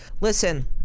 Listen